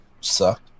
sucked